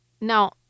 Now